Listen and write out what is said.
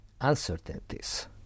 uncertainties